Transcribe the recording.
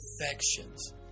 affections